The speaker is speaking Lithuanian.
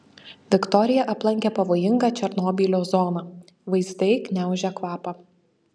viktorija aplankė pavojingą černobylio zoną vaizdai gniaužia kvapą